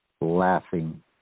laughing